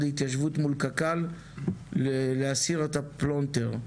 ההתיישבות מול קק"ל להסיר את הפלונטר.